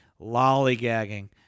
lollygagging